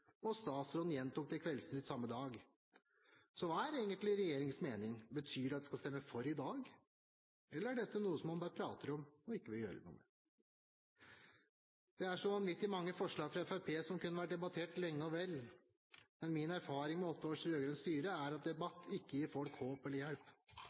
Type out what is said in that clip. og statsråden gjentok det i Kveldsnytt samme dag. Så hva er egentlig regjeringens mening? Betyr det at regjeringspartiene skal stemme for i dag, eller er dette noe som man bare prater om, men ikke vil gjøre? Det er så vanvittig mange forslag fra Fremskrittspartiet som kunne vært debattert lenge og vel, men min erfaring med åtte års rød-grønt styre er at debatt ikke gir folk håp eller hjelp.